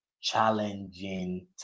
challenging